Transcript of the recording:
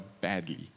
badly